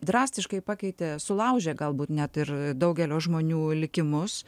drastiškai pakeitė sulaužė galbūt net ir daugelio žmonių likimus